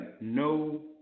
no